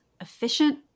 efficient